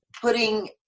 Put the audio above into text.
putting